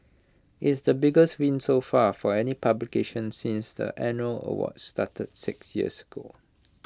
is the biggest win so far for any publication since the annual awards started six years ago